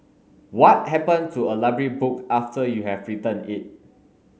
what happen to a library book after you have returned it